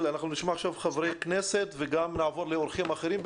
אנחנו נשמע עכשיו חברי כנסת וגם נעבור לאורחים אחרים.